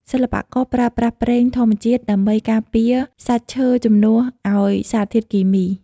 សិល្បករប្រើប្រាស់ប្រេងធម្មជាតិដើម្បីការពារសាច់ឈើជំនួសឱ្យសារធាតុគីមី។